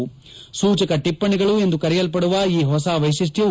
ಸೂಚಕ ಟಿಪ್ಪಣಿಗಳು ಎಂದು ಕರೆಯಲ್ಪದುವ ಈ ಹೊಸ ವೈಶಿಷ್ಟ್ನವು